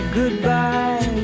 goodbye